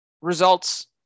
results